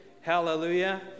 Hallelujah